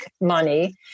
money